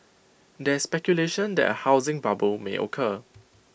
there is speculation that A housing bubble may occur